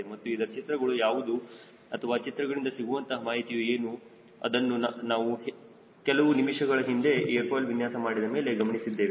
ಮತ್ತು ಇದರ ಚಿತ್ರಗಳು ಯಾವುದು ಅಥವಾ ಚಿತ್ರಗಳಿಂದ ಸಿಗುವಂತಹ ಮಾಹಿತಿಯು ಏನು ಅದನ್ನು ನಾವು ಕೆಲವು ನಿಮಿಷಗಳ ಹಿಂದೆ ಏರ್ ಫಾಯ್ಲ್ ವಿನ್ಯಾಸ ಮಾಡಿದ ಮೇಲೆ ಗಮನಿಸಿದ್ದೇವೆ